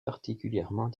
particulièrement